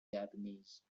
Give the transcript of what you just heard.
japanese